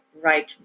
right